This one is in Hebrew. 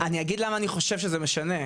אני אגיד למה אני חושב שזה משנה,